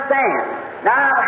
now